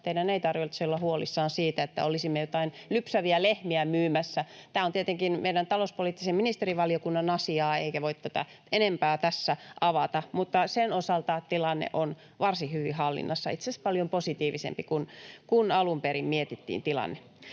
Teidän ei tarvitse olla huolissaan siitä, että olisimme jotain lypsäviä lehmiä myymässä. Tämä on tietenkin meidän talouspoliittisen ministerivaliokunnan asiaa, enkä voi tätä enempää tässä avata, mutta sen osalta tilanne on varsin hyvin hallinnassa ja itse asiassa paljon positiivisempi kuin alun perin mietittiin.